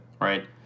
right